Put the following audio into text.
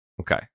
Okay